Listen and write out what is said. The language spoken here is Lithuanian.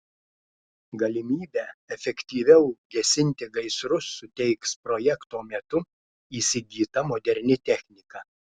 galimybę efektyviau gesinti gaisrus suteiks projekto metu įsigyta moderni technika